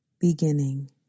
beginning